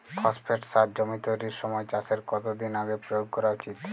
Phosphate সার জমি তৈরির সময় চাষের কত দিন আগে প্রয়োগ করা উচিৎ?